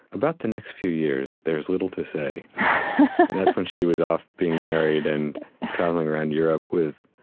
about the next few years, there's little to say. and that's when she was off being married and traveling around europe with